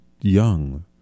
young